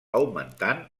augmentant